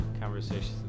Conversations